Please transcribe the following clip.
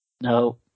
no